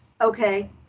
okay